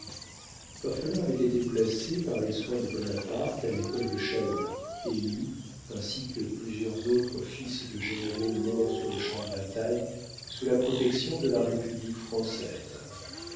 l'orphelin avait été placé par les soins de bonaparte à l'école de châlons et mis ainsi que plusieurs autres fils de généraux morts sur le champ de bataille sous la protection de la république française